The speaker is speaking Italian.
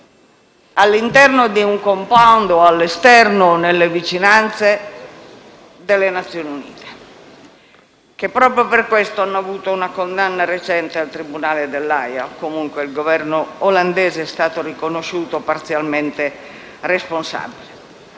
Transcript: all'interno di un *compound* o all'esterno o nelle vicinanze delle Nazioni Unite, che proprio per questo hanno avuto una condanna recente dal tribunale dell'Aia (comunque, il Governo olandese è stato riconosciuto parzialmente responsabile).